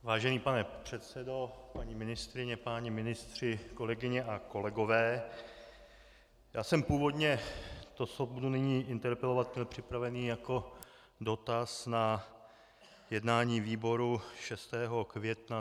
Vážený pane předsedo, paní ministryně, páni ministři, kolegyně a kolegové, já jsem původně to, co budu nyní interpelovat, měl připraveno jako dotaz na jednání výboru 6. května.